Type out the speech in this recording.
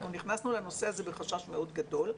אנחנו נכנסנו לנושא הזה בחשש מאוד גדול.